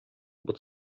but